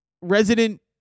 resident